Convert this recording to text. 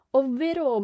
ovvero